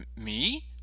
Me